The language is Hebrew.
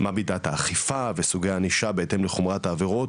מה מידת האכיפה וסוגי הענישה בהתאם לחומרת העבירות.